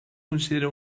considera